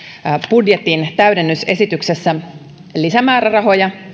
budjetin täydennysesityksessä lisämäärärahoja